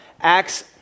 Acts